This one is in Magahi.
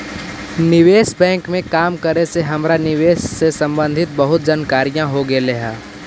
निवेश बैंक में काम करे से हमरा निवेश से संबंधित बहुत जानकारियाँ हो गईलई हे